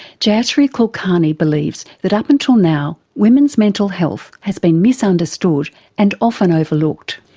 jayashri kulkarni believes that up until now women's mental health has been misunderstood and often overlooked.